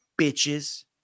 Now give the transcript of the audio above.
bitches